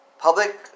Public